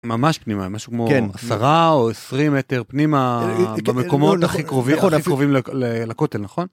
ממש פנימה משהו כמו 10 או 20 מטר פנימה במקומות הכי קרובים לכותל נכון?